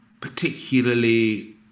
particularly